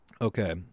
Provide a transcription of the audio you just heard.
Okay